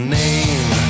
name